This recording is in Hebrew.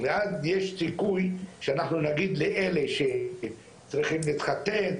ואז יש סיכוי שאנחנו נגיד לאלה שצריכים להתחתן,